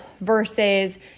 versus